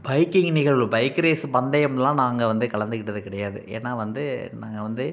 biking நிகழ்வு bike race பந்தயமெலாம் நாங்கள் வந்து கலந்துக்கிட்டது கிடையாது ஏன்னால் வந்து நாங்கள் வந்து